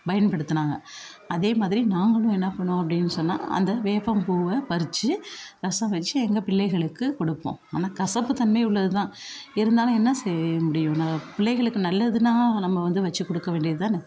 பயன்படுத்தினாங்க அதே மாதிரி நாங்களுமே என்ன பண்ணுவோம் அப்படின்னு சொன்னால் அந்த வேப்பம்பூவ பறித்து ரசம் வச்சு எங்கள் பிள்ளைகளுக்குக் கொடுப்போம் ஆனால் கசப்புத் தன்மை உள்ளது தான் இருந்தாலும் என்ன செய்ய முடியும் பிள்ளைகளுக்கு நல்லதுன்னால் நம்ம வந்து வச்சு கொடுக்க வேண்டியது தான்